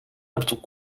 laptop